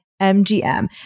MGM